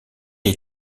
est